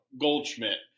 Goldschmidt